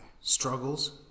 struggles